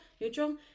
neutral